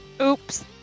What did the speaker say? Oops